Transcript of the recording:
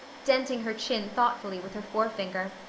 denting her chin thoughtfully with her forefinger.